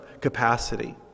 capacity